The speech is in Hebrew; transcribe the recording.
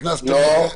הכנסתם את זה?